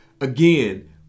Again